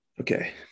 Okay